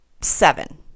seven